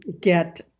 get